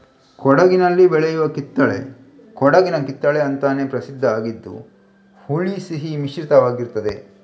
ಕೊಡಗಿನಲ್ಲಿ ಬೆಳೆಯುವ ಕಿತ್ತಳೆ ಕೊಡಗಿನ ಕಿತ್ತಳೆ ಅಂತಾನೇ ಪ್ರಸಿದ್ಧ ಆಗಿದ್ದು ಹುಳಿ ಸಿಹಿ ಮಿಶ್ರಿತವಾಗಿರ್ತದೆ